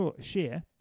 share